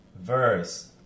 verse